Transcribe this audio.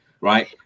right